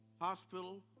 Hospital